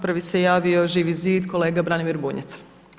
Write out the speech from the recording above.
Prvi se javio Živi zid, kolega Branimir Bunjac.